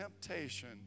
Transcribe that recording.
temptation